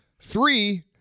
Three